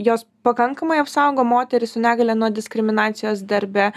jos pakankamai apsaugo moterį su negalia nuo diskriminacijos darbe